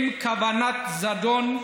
עם כוונת זדון,